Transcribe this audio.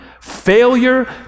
failure